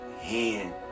hand